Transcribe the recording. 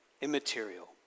immaterial